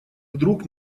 вдруг